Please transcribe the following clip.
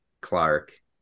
Clark